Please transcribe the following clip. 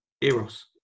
Eros